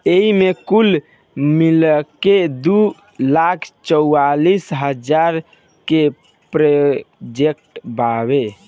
एईमे कुल मिलाके दू लाख चौरासी हज़ार के प्रोजेक्ट बावे